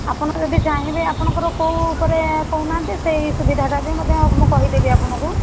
ଆପଣ ଯଦି ଚାହିଁବେ ଆପଣଙ୍କର କେଉଁ ଉପରେ କହୁନାହାନ୍ତି ସେଇ ସୁବିଧାଟା ମଧ୍ୟ କହିଦେବି ଆପଣଙ୍କୁ